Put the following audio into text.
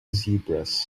zebras